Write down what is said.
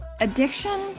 addiction